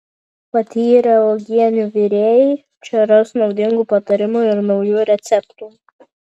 patyrę uogienių virėjai čia ras naudingų patarimų ir naujų receptų